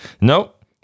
Nope